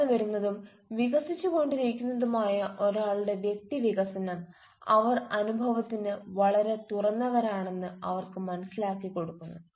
വളർന്നുവരുന്നതും വികസിച്ചുകൊണ്ടിരിക്കുന്നതുമായ ഒരാളുടെ വ്യക്തി വികസനം അവർ അനുഭവത്തിന് വളരെ തുറന്നവരാണെന്ന് അവർക്ക് മനസ്സിലാക്കി കൊടുക്കുന്നു